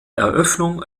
eröffnung